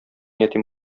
ятим